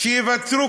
שייווצרו